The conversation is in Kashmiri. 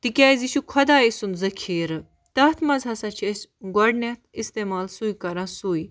تِکیٛازِ یہِ چھُ خۄداے سُنٛد ذٔخیٖرٕ تَتھ منٛز ہَسا چھِ أسۍ گۄڈنٮ۪تھ استعمال سُے کَران سُے